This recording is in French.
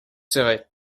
céré